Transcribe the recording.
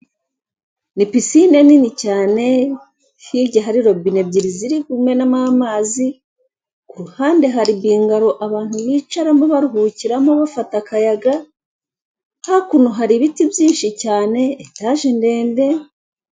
Ni pisine nini cyane hirya hari robine ebyiri ziri kumwe n amazi kuruhande hari bingaro abantu bicaramo baruhukiramo bafata akayaga, hakuno hari ibiti byinshi cyane, etaje ndende.